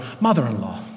mother-in-law